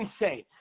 insane